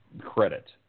credit